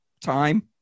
time